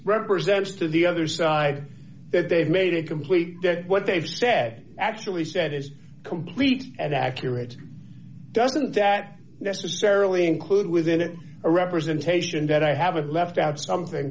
represents to the other side that they've made it complete that what they've said actually said is complete and accurate doesn't that necessarily include within it a representation that i have left out something